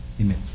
Amen